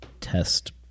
test